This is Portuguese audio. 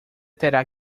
terá